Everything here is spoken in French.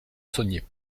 saunier